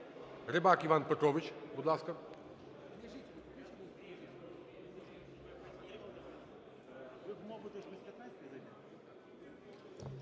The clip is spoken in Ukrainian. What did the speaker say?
Рибак Іван Петрович, будь ласка.